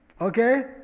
okay